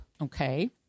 Okay